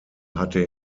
hatte